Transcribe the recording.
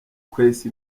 kwesa